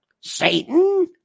Satan